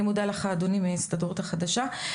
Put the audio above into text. אני מודה לך אדוני מההסתדרות החדשה.